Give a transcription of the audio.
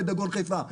בדגון חיפה.